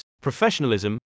professionalism